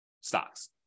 stocks